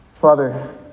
Father